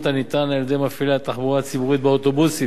הניתן על-ידי מפעילי התחבורה הציבורית באוטובוסים.